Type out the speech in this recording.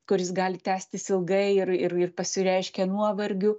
kuris gali tęstis ilgai ir ir ir pasireiškia nuovargiu